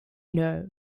know